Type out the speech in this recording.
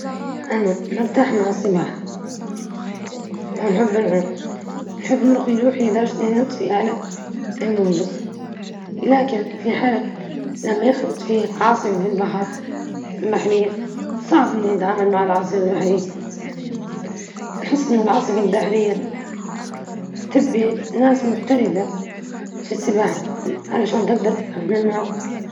نعم، أنا جيد في السباحة، أستطيع البقاء طافيًا فوق سطح الماء بفضل تدريب السباحة الذي حصلت عليه.